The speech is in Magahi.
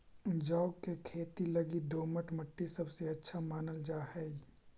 जौ के खेती लगी दोमट मट्टी सबसे अच्छा मानल जा हई